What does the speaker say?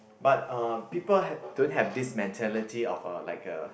but uh people had don't have this mentality of a like a